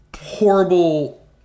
horrible